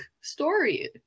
story